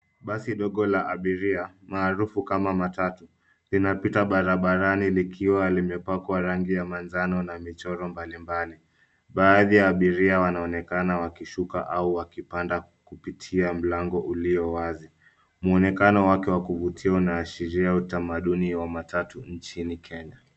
Basi ndogo la Abiria, maarufu kama matatu, inapita barabarani ni kiwa alimipakwa rangi ya manjano na michoro mbalimbani. Baadhi ya Abiria wanaonekana wakishuka au wakipanda kupitia mlango ulio wazi. Mwanekana wake wa kuvutia unaashiria utamaduni wa matatu nchini Kenya.